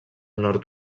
nord